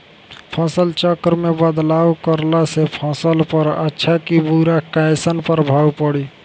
फसल चक्र मे बदलाव करला से फसल पर अच्छा की बुरा कैसन प्रभाव पड़ी?